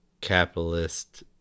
capitalist